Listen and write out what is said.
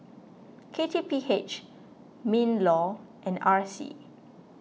K T P H MinLaw and R C